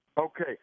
Okay